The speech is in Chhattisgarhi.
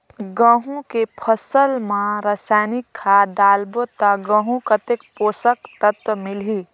गंहू के फसल मा रसायनिक खाद डालबो ता गंहू कतेक पोषक तत्व मिलही?